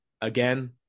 again